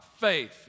faith